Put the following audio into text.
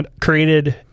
created